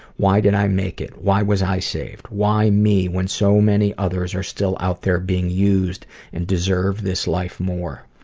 why did i make it? why was i saved? why me when so many others are still out there being used and deserve this life more?